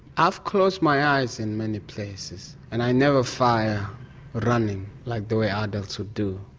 i've closed my eyes in many places and i never fired running like the way ah adults would do,